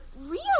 real